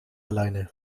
alleine